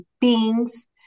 beings